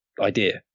idea